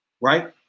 right